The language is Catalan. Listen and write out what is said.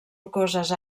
rocoses